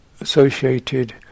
associated